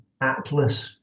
Atlas